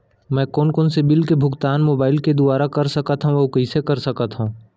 मैं कोन कोन से प्रकार के बिल के भुगतान मोबाईल के दुवारा कर सकथव अऊ कइसे कर सकथव?